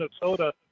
Minnesota